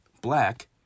black